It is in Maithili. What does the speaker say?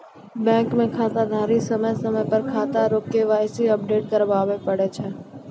बैंक मे खाताधारी समय समय पर खाता रो के.वाई.सी अपडेट कराबै पड़ै छै